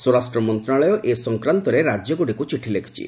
ସ୍ୱରାଷ୍ଟ୍ର ମନ୍ତ୍ରଣାଳୟ ଏ ସଂକ୍ରାନ୍ତରେ ରାଜ୍ୟଗୁଡ଼ିକୁ ଚିଠି ଲେଖିଛି